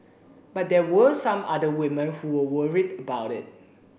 but there were some other women who were worried about it